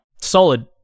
solid